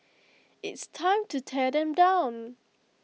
it's time to tear them down